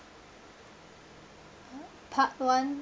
part one